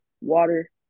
water